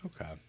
okay